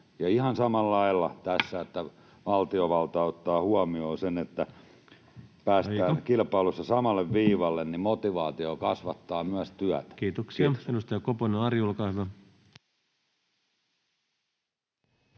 Ihan samalla lailla tässä, kun valtiovalta ottaa huomioon sen, että päästään [Puhemies: Aika!] kilpailussa samalle viivalle, niin motivaatio kasvattaa myös työtä. — Kiitos. Kiitoksia. — Edustaja Koponen, Ari, olkaa hyvä.